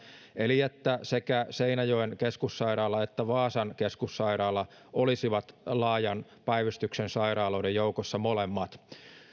eli se että sekä seinäjoen keskussairaala että vaasan keskussairaala olisivat laajan päivystyksen sairaaloiden joukossa molemmat